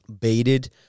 baited